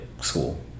school